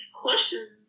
questions